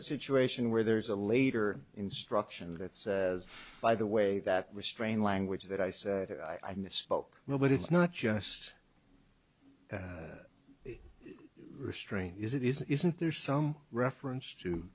a situation where there is a later instruction that by the way that restrain language that i say i misspoke no but it's not just restrain is it is isn't there some reference to